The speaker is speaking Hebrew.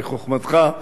מחוכמתך,